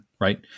right